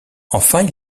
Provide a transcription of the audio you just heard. enfin